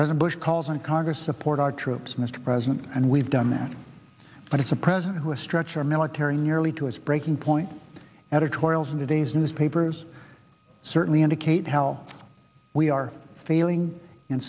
present bush calls and congress support our troops mr president and we've done that but it's a president who a stretch our military nearly to its breaking point editorials in today's newspapers certainly indicate how we are failing